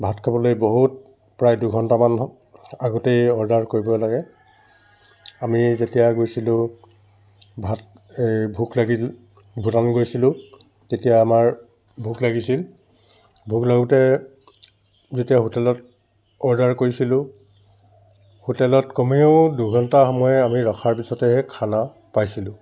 ভাত খাবলৈ বহুত প্ৰায় দুঘণ্টামান আগতেই অৰ্ডাৰ কৰিব লাগে আমি যেতিয়া গৈছিলোঁ ভাত এই ভোক লাগিল ভূটান গৈছিলোঁ তেতিয়া আমাৰ ভোক লাগিছিল ভোক লাগোঁতে যেতিয়া হোটেলত অৰ্ডাৰ কৰিছিলোঁ হোটেলত কমেও দুঘণ্টা সময় আমি ৰখাৰ পিছতহে খানা পাইছিলোঁ